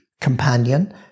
companion